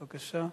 בבקשה.